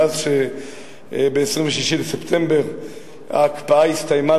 מאז שב-26 בספטמבר ההקפאה הסתיימה,